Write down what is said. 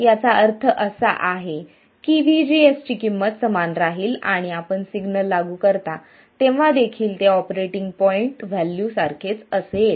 याचा अर्थ असा आहे की VGS ची किंमत समान राहील आणि आपण सिग्नल लागू करता तेव्हा देखील ते ऑपरेटिंग पॉईंट व्हॅल्यू सारखेच असेल